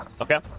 Okay